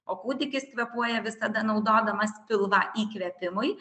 o kūdikis kvėpuoja visada naudodamas pilvą įkvėpimui